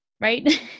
Right